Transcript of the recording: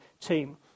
team